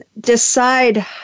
decide